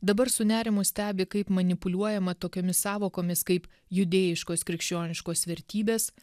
dabar su nerimu stebi kaip manipuliuojama tokiomis sąvokomis kaip judėjiškos krikščioniškos vertybės